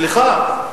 סליחה.